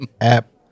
app